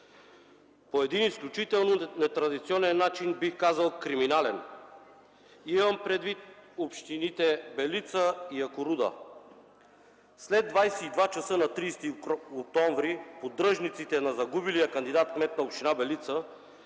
по един изключително нетрадиционен начин, бих казал – криминален. Имам предвид общините Белица и Якоруда. След 22,00 часа на 30 октомври 2011 г. поддръжниците на загубилия кандидат-кмет на община Белица